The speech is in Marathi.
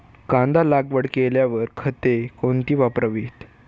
कांदा लागवड केल्यावर खते कोणती वापरावी?